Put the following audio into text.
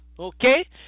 Okay